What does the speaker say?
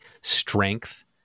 strength